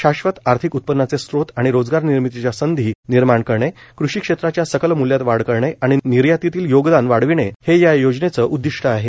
शाश्वत आर्थिक उत्पन्नाचे स्त्रोत आणि रोजगार निर्मितीच्या संधी निर्माण करणे कृषि क्षेत्राच्या सकल मुल्यात वाढ करणे आणि निर्यातीतील योगदान वाढविणे हे या योजनेचं उददिष्ट आहे